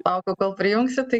laukiau kol prijungsit tai